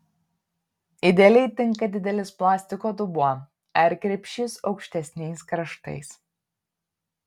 idealiai tinka didelis plastiko dubuo ar krepšys aukštesniais kraštais